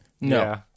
No